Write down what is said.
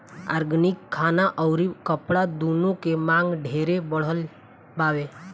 organic खाना अउरी कपड़ा दूनो के मांग ढेरे बढ़ल बावे